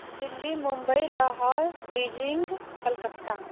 Delhi Mumbai Lahore Beijing Kolkata